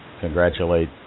congratulate